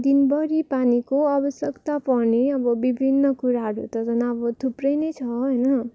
दिनभरि पानीको आवश्यकता पर्ने अब विभिन्न कुराहरू त झन् अब थुप्रै नै छ होइन